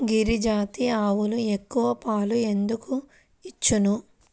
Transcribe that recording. గిరిజాతి ఆవులు ఎక్కువ పాలు ఎందుకు ఇచ్చును?